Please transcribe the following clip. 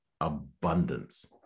abundance